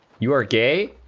you are gay